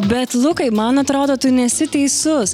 bet lukai man atrodo tu nesi teisus